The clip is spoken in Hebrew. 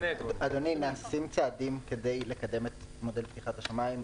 נעשים צעדים כדי לקדם את מודל פתיחת השמיים.